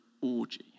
orgy